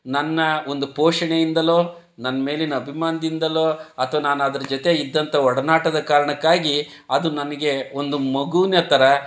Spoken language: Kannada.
ನನ್ನ ಒಂದು ಪೋಷಣೆಯಿಂದಲೋ ನನ್ನ ಮೇಲಿನ ಅಭಿಮಾನದಿಂದಲೋ ಅಥವಾ ನಾನು ಅದ್ರ ಜೊತೆ ಇದ್ದಂಥ ಒಡನಾಟದ ಕಾರಣಕ್ಕಾಗಿ ಅದು ನನಗೆ ಒಂದು ಮಗುನ ಥರ